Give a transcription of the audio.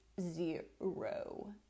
zero